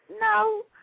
No